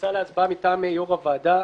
מוצע להצבעה מטעם יו"ר הוועדה.